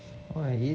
what I eat